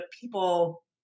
people